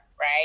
Right